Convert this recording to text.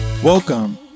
Welcome